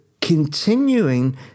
continuing